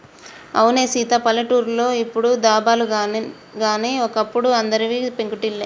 అవునే సీత పల్లెటూర్లో ఇప్పుడు దాబాలు గాని ఓ అప్పుడు అందరివి పెంకుటిల్లే